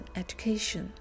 education